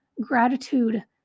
gratitude